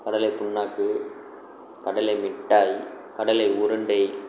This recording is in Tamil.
கடலைப்புண்ணாக்கு கடலை மிட்டாய் கடலை உருண்டை